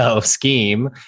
scheme